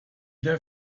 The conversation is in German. der